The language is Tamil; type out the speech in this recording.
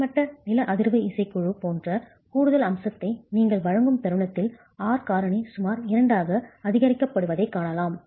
கிடைமட்ட நில அதிர்வு இசைக்குழு போன்ற கூடுதல் அம்சத்தை நீங்கள் வழங்கும் தருணத்தில் R காரணி சுமார் 2 ஆக அதிகரிக்கப்படுவதைக் காணலாம்